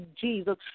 jesus